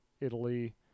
Italy